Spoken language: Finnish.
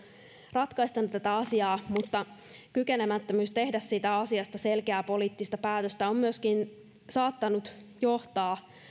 ratkaista tätä asiaa mutta kykenemättömyys tehdä asiasta selkeää poliittista päätöstä on myöskin saattanut johtaa